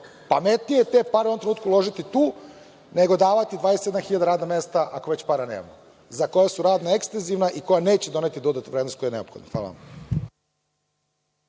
Pametnije je te pare u ovom trenutku uložiti tu, nego davati 27 hiljada za radna mesta ako već para nemamo, za koja su radno-ekstenzivna i koja neće doneti dodatnu vrednost koja je neophodna. Hvala.